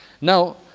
Now